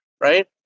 right